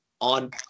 on